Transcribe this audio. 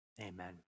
Amen